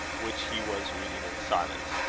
which he was reading in silence.